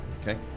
Okay